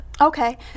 Okay